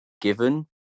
given